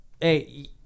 hey